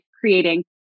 creating